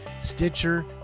Stitcher